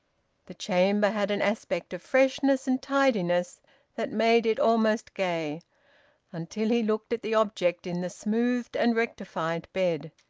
the chamber had an aspect of freshness and tidiness that made it almost gay until he looked at the object in the smoothed and rectified bed.